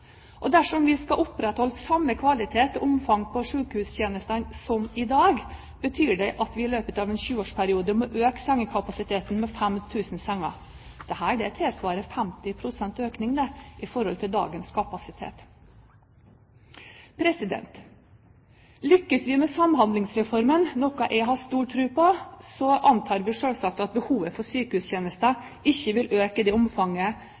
Dersom vi skal opprettholde samme kvalitet og omfang på sykehustjenestene som i dag, betyr det at vi i løpet av en 20-årsperiode må øke sengekapasiteten med 5 000 senger. Dette tilsvarer 50 pst. økning i forhold til dagens kapasitet. Lykkes vi med Samhandlingsreformen, noe jeg har stor tro på, antar vi at behovet for sykehustjenester ikke vil øke i det omfanget